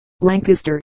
Lancaster